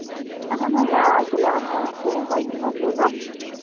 اَہن حظ آ گِلاس حظ چھُ تۄہہِ چھُ حظ ضوٚرتھ